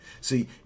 See